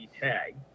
tag